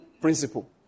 principle